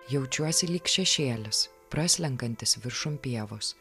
jaučiuosi lyg šešėlis praslenkantis viršum pievos